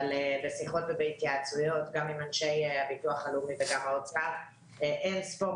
אבל בשיחות והתייעצויות גם עם אנשי הביטוח הלאומי וגם האוצר אין ספור